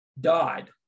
died